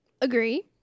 Agree